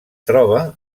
troba